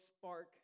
spark